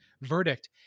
verdict